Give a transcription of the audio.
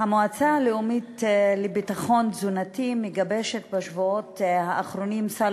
המועצה הלאומית לביטחון תזונתי מגבשת בשבועות האחרונים סל